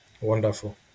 Wonderful